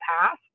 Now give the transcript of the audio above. past